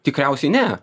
tikriausiai ne